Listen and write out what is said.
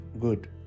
good